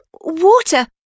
water